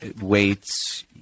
weights